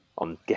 on